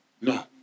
no